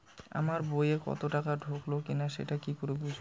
আমার বইয়ে টাকা ঢুকলো কি না সেটা কি করে বুঝবো?